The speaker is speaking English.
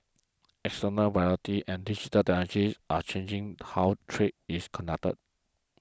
external and digital technologies are changing how trade is conducted